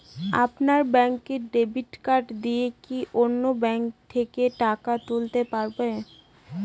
আপনার ব্যাংকের debit card দিয়ে কি অন্য ব্যাংকের থেকে টাকা তুলতে পারবো?